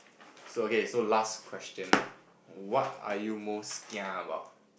so okay so last question ah what are you most kia about